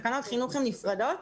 תקנות חינוך הן נפרדות,